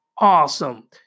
awesome